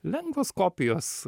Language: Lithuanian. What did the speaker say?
lengvos kopijos